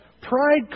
Pride